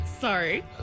Sorry